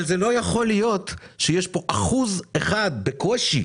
אבל זה לא יכול להיות שיש פה אחוז אחד בקושי.